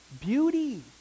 Beauty